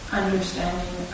understanding